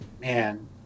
man